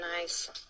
nice